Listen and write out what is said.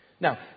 Now